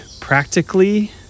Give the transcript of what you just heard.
practically